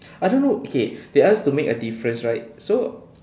I don't know okay they ask to make a difference right so